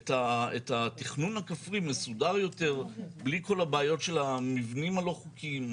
את התכנון הכפרי מסודר יותר בלי כל הבעיות של המבנים הלא חוקיים,